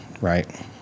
right